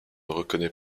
reconnaît